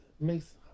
makes